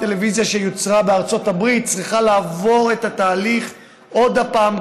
טלוויזיה שיוצרה בארצות הברית צריכה לעבור שוב את התהליך כאן,